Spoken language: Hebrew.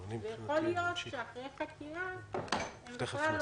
גם את חומרת העבירה,